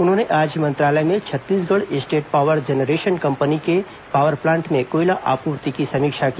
उन्होंने ओज मंत्रालय में Chhattisgarh state power generation company के पॉवर प्लांट में कोयला आपूर्ति की समीक्षा की